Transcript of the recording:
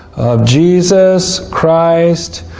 of jesus christ,